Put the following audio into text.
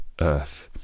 earth